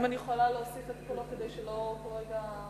האם אני יכולה להוסיף את קולו כדי שלא כל רגע?